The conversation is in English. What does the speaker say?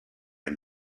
and